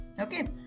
okay